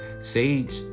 Sage